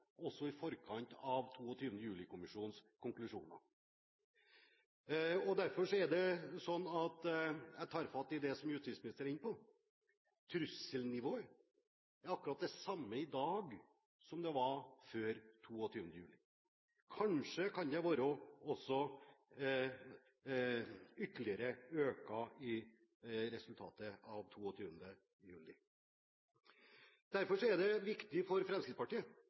også i forkant av 22. juli-kommisjonens konklusjoner. Jeg tar fatt i det som justisministeren er inne på: Trusselnivået er akkurat det samme i dag som det var før 22. juli. Kanskje kan det også være ytterligere økt som et resultat av 22. juli. Derfor er det viktig for Fremskrittspartiet